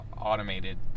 automated